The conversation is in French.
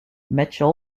mitchell